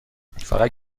فقط